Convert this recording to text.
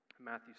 Matthew